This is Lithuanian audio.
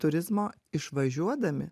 turizmo išvažiuodami